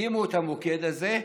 הם הקימו את המוקד הזה,